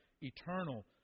eternal